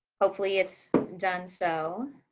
hopefully it's done so.